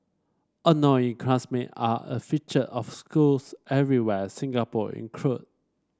annoying classmate are a feature of schools everywhere Singapore include